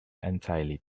entirely